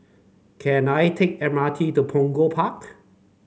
can I take M R T to Punggol Park